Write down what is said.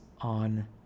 on